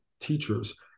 teachers